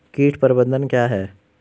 कीट प्रबंधन क्या है?